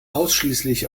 ausschließlich